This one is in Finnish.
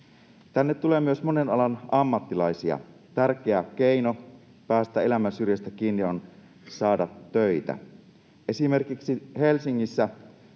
Tänne tulee myös monen alan ammattilaisia. Tärkeä keino päästä elämän syrjästä kiinni on saada töitä. Esimerkiksi Helsingissä